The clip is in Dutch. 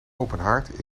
openhaard